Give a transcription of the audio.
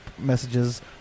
messages